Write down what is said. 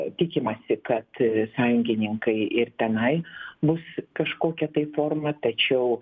tikimasi kad sąjungininkai ir tenai bus kažkokia tai forma tačiau